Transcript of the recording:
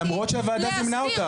למרות שהוועדה זימנה אותם.